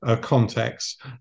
context